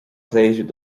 pléisiúr